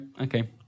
okay